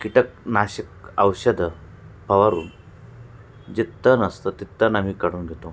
कीटकनाशक औषधं फवारून जे तण असतं ते तण आम्ही काढून घेतो